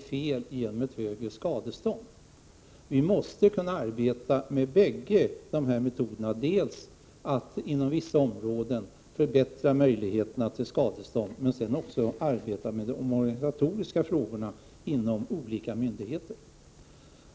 felen genom att öka skadeståndet. Vi måste kunna arbeta med bägge metoderna, dels att inom vissa områden förbättra skadeståndet, dels att också ta upp de organisatoriska frågorna inom olika myndigheter.